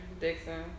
Dixon